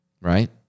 Right